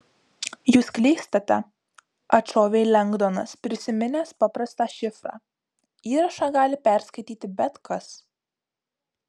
jūs klystate atšovė lengdonas prisiminęs paprastą šifrą įrašą gali perskaityti bet kas